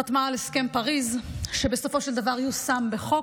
חתמה על הסכם פריז, שבסופו של דבר יושם בחוק,